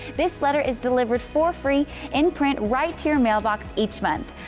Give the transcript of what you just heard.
this letter is delivered for free in print right to your mailbox each month.